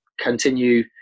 continue